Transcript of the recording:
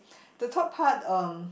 the top part um